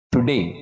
Today